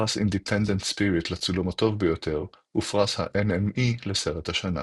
פרס אינדפנדנט ספיריט לצילום הטוב ביותר ופרס ה-NME לסרט השנה.